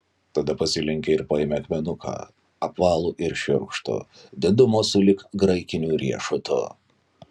tada pasilenkė ir paėmė akmenuką apvalų ir šiurkštų didumo sulig graikiniu riešutu